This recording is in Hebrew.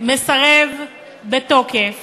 מסרב בתוקף